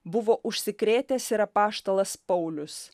buvo užsikrėtęs ir apaštalas paulius